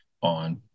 on